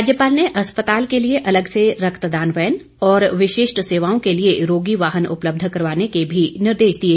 राज्यपाल ने अस्पताल के लिए अलग से रक्तदान वैन और विशिष्ट सेवाओं के लिए रोगी वाहन उपलब्ध करवाने के भी निर्देश दिए